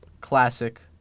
Classic